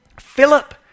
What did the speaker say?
Philip